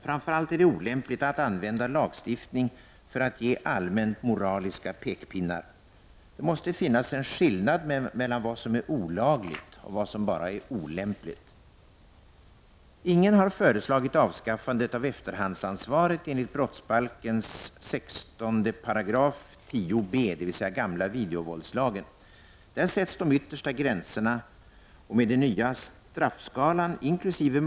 Framför allt är det olämpligt att använda lagstiftning för att ge allmänt moraliska pekpinnar. Det måste finnas en skillnad mellan vad som är olagligt och vad som bara är olämpligt. Ingen har föreslagit avskaffandet av efterhandsansvaret enligt brottsbalken 16 kap. 10 b§, dvs. gamla videovåldslagen. Där sätts de yttersta gränserna, och med den nya straffskalan, inkl.